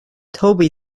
toby